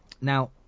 Now